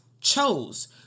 chose